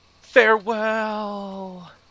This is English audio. farewell